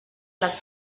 les